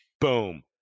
boom